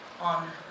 on